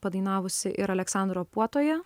padainavusi ir aleksandro puotoje